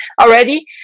already